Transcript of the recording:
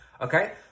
okay